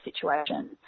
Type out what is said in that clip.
situation